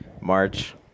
March